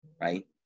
right